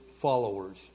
followers